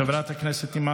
חבר הכנסת ואליד אלהואשלה,